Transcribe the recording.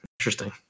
Interesting